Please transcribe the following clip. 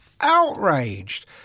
outraged